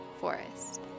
Forest